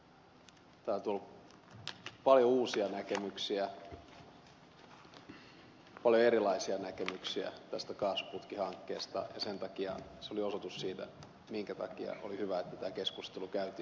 täällä on tullut paljon uusia näkemyksiä paljon erilaisia näkemyksiä tästä kaasuputkihankkeesta ja sen takia se oli osoitus siitä minkä takia oli hyvä että tämä keskustelu käytiin